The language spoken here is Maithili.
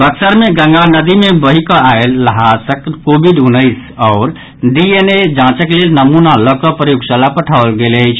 बक्सर मे गंगा नदी मे बहि कऽ आयल ल्हाशक कोविड उन्नैस आओर डीएनए जांचक लेल नमूना लऽ कऽ प्रयोगशाला पठाओल गेल अछि